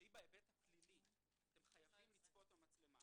שהיא בצד הפלילי, אתם חייבים לצפות במצלמה.